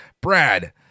brad